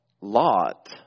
Lot